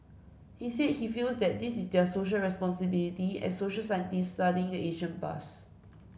he said he feels that this is their Social Responsibility as social scientists studying the ancient past